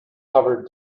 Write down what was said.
hoovered